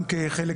גם כחלק